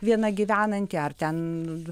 viena gyvenanti ar ten